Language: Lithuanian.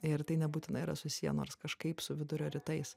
ir tai nebūtinai yra susiję nors kažkaip su vidurio rytais